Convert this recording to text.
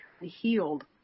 healed